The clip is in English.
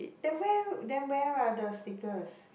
then where then where are the stickers